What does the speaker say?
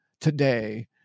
today